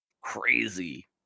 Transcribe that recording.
crazy